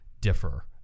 differ